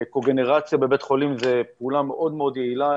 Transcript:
קוגנרציה בבית חולים זו פעולה מאוד מאוד יעילה,